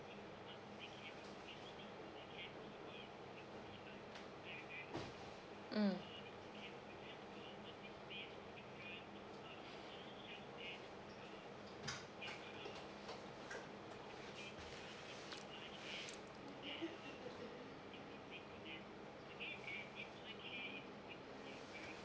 mm